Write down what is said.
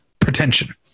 pretension